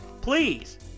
Please